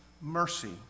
mercy